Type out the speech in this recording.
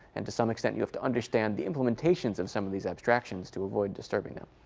and to some extend, you have to understand the implementations of some of these abstractions to avoid disturbing them.